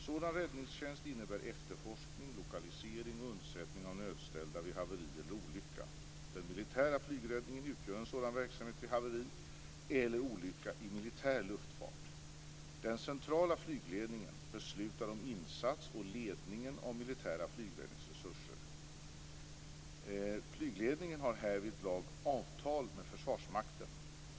Sådan räddningstjänst innebär efterforskning, lokalisering och undsättning av nödställda vid haveri eller olycka. Den militära flygräddningen utgör en sådan verksamhet vid haveri eller olycka i militär luftfart. Den centrala flygledningen beslutar om insats och ledning av militära flygräddningsresurser. Flygledningen har härvidlag avtal med Försvarsmakten.